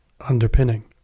underpinning